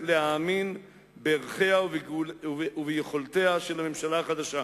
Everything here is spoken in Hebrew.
להאמין בערכיה וביכולותיה של הממשלה החדשה,